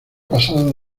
pasado